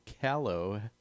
Callow